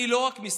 אני לא מסתכל